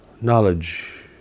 Knowledge